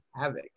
Havoc